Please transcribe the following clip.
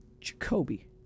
Jacoby